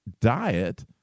diet